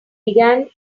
began